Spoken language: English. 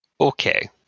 Okay